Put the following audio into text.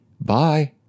Bye